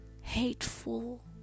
hateful